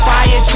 Fire